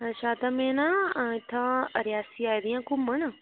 अच्छा ते में नां इत्थै रियासी आई दी आं घुम्मन